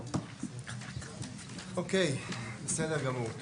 אוקיי בסדר גמור.